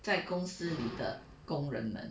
在公司里的工人们